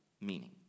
meaning